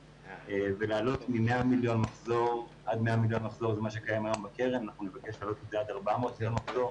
ולהעלות מ-100 מיליון מחזור שקיים היום בקרן ל-400 מיליון מחזור.